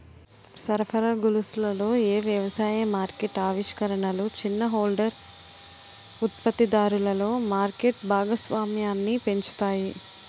సరఫరా గొలుసులలో ఏ వ్యవసాయ మార్కెట్ ఆవిష్కరణలు చిన్న హోల్డర్ ఉత్పత్తిదారులలో మార్కెట్ భాగస్వామ్యాన్ని పెంచుతాయి?